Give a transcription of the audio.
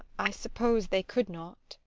i suppose they could not.